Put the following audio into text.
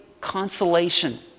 consolation